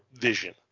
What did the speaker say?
vision